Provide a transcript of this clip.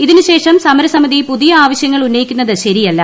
ഇതിന് ശേഷം സമരസമിതി പുതിയ ആവശൃങ്ങൾ ഉന്നയിക്കുന്നത് ശരിയല്ല